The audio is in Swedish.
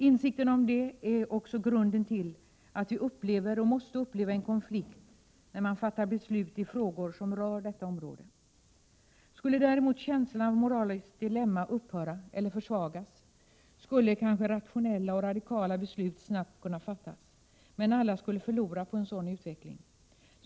Insikten om det är också grunden för att vi upplever och måste uppleva en konflikt när man fattar beslut i frågor som rör detta område. Skulle däremot känslan av moraliskt dilemma upphöra eller försvagas, skulle kanske rationella och radikala beslut snabbt kunna fattas, men alla skulle förlora på en sådan utveckling.